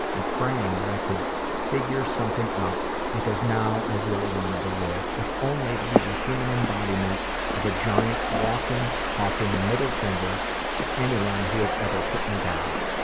and praying that i could figure something out because now i really wanted to live, if only to be the human embodiment of a giant walking talking middle finger to anyone who had ever put me down.